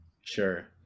sure